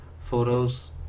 photos